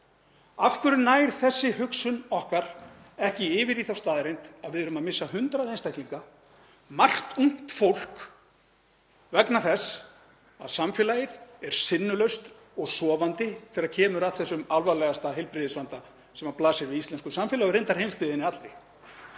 Af hverju nær þessi hugsun okkar ekki yfir í þá staðreynd að við erum að missa 100 einstaklinga, margt ungt fólk, vegna þess að samfélagið er sinnulaust og sofandi þegar kemur að þessum alvarlegasta heilbrigðisvanda sem blasir við íslensku samfélagi og reyndar heimsbyggðinni allri?